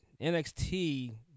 NXT